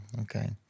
okay